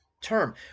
term